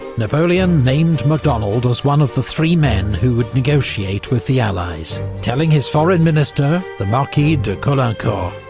napoleon named macdonald as one of the three men who'd negotiate with the allies, telling his foreign minister, the marquis de caulaincourt,